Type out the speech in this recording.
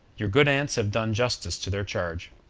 your good aunts have done justice to their charge.